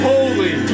Holy